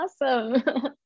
Awesome